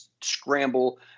scramble